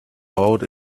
out